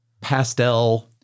pastel